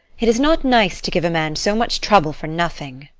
it is not nice to give a man so much trouble for nothing.